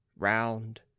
Round